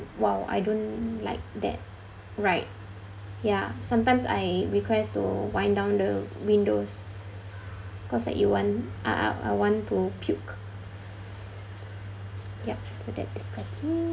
!wow! I don't like that right ya sometimes I request to wind down the windows cause like you want I I I want to puke yup so that is